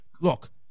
look